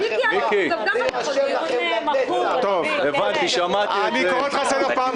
מיקי, אני קורא אותך לסדר.